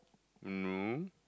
no